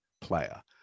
Player